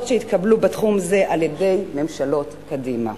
שהתקבלו בתחום זה על-ידי ממשלות קדימה.